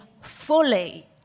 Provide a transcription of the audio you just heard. fully